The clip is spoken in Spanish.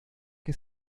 que